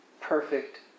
perfect